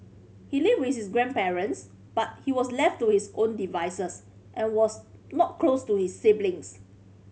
he lived with his grandparents but he was left to his own devices and was not close to his siblings